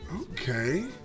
Okay